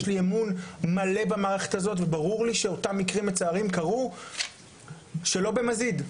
יש לי אמון מלא במערכת הזאת וברור לי שאותם מקרים מצערים קרו שלא במזיד.